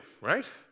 right